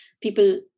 people